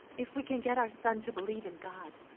if we can get our son to believe in god,